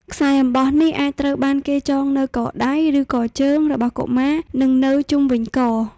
ខ្សែអំបោះនេះអាចត្រូវបានគេចងនៅកដៃ ឬកជើងរបស់កុមារ និងនៅជុំវិញក។